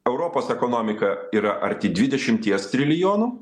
europos ekonomika yra arti dvidešimties trilijonų